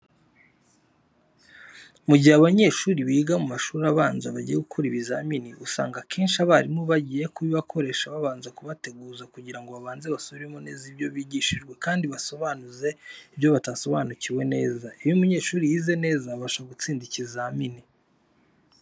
Mu gihe abanyeshuri biga mu mashuri abanza bagiye gukora ibizamini, usanga akenshi abarimu bagiye kubibakoresha babanza kubateguza kugira ngo babanze basubiremo neza ibyo bigishijwe kandi basobanuze ibyo batasobanukiwe neza. Iyo umunyeshuri yize neza abasha gutsinda ikizamini.